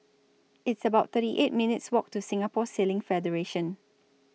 It's about thirty eight minutes' Walk to Singapore Sailing Federation